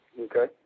Okay